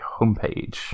homepage